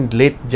late